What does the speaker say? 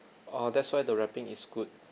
orh that's why the wrapping is good